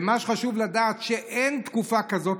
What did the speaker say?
מה שחשוב לדעת זה שאין תקופה כזאת,